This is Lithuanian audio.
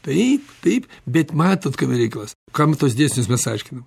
taip taip bet matot kame reikalas kam tuos dėsnius mes aiškinam